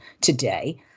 today